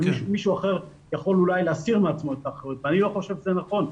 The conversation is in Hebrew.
מישהו אחר יכול אולי להסיר מעצמו את האחריות ואני לא חושב שזה נכון.